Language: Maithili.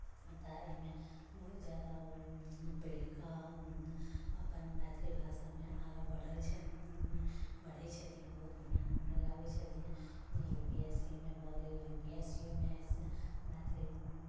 तऽ एहिमे बहुत जादा ओहिमे पढ़ि कऽ अपन मैथिली भाषामे आगाँ बढ़ैत छै बढ़ैत छथिन बहुत बढ़िआँ लाबैत छथिन यूपीएससीमे भऽ गेल यूपीएससीयोमे मैथिली